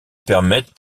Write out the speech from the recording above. permettent